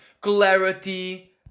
clarity